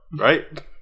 right